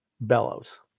Bellows